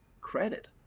credit